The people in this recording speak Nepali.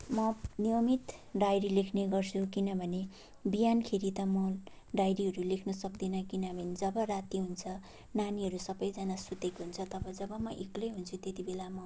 म नियमित डायरी लेख्ने गर्छु किनभने बिहानखेरि त म डायरीहरू लेख्न सक्दिनँ किनभने जब राति हुन्छ नानीहरू सबैजना सुतेको हुन्छ तब जब म एक्लै हुन्छु त्यतिबेला म